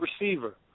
receiver